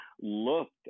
looked